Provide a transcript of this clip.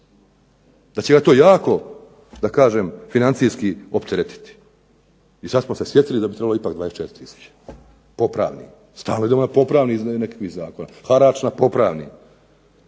da će ga to jako da kažem financijski opteretiti. I sad smo se sjetili da bi trebalo ipak 24000. Popravni, stalno idemo na popravni iz nekakvih zakona. Harač na popravni,